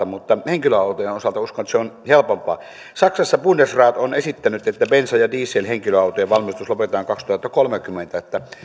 mutta henkilöautojen osalta uskon että se on helpompaa saksassa bundesrat on esittänyt että bensa ja dieselhenkilöautojen valmistus lopetetaan kaksituhattakolmekymmentä